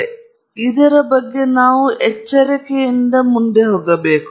ಆದ್ದರಿಂದ ಇದರ ಬಗ್ಗೆ ನಾವು ಬಹಳ ಎಚ್ಚರಿಕೆಯಿಂದ ಇರಬೇಕು